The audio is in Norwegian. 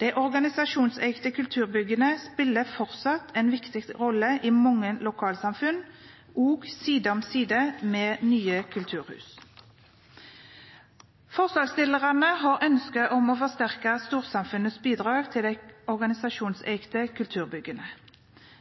De organisasjonseide kulturbyggene spiller fortsatt en viktig rolle i mange lokalsamfunn, også side om side med nye kulturhus. Forslagsstillerne har ønske om å forsterke storsamfunnets bidrag til de organisasjonseide kulturbyggene